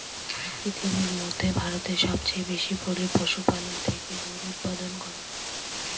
পৃথিবীর মধ্যে ভারতে সবচেয়ে বেশি পশুপালন থেকে দুধ উপাদান করা হয়